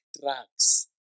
drugs